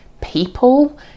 people